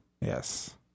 Yes